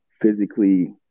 physically